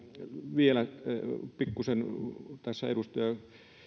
vielä pikkusen ja edustaja